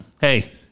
hey